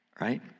Right